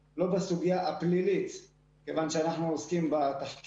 לא בסוגיה של קידום מפקדים ולא בסוגיה הפלילית,